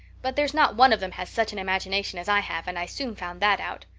but there's not one of them has such an imagination as i have and i soon found that out.